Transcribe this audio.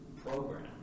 program